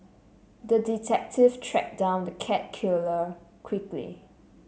the detective tracked down the cat killer quickly